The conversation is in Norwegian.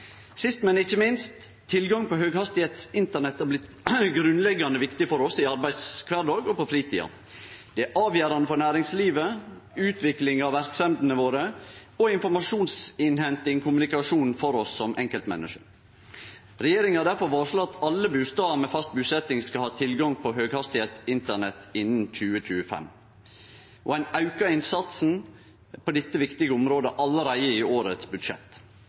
Sist, men ikkje minst: Tilgang på høghastigheitsinternett er blitt grunnleggjande viktig for oss i arbeidskvardagen og på fritida. Det er avgjerande for næringslivet, for utvikling av verksemdene våre og for informasjonsinnhenting og kommunikasjon for oss som enkeltmenneske. Regjeringa har difor varsla at alle bustader med fast busetjing skal ha tilgang til høghastigheitsinternett innan 2025, og ein aukar innsatsen på dette viktige området allereie i årets budsjett.